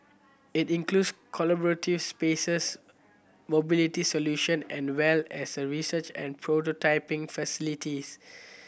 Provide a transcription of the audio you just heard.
it includes collaborative spaces mobility solution and well as a research and prototyping facility